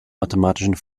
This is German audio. mathematischen